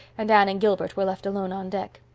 and anne and gilbert were left alone on deck.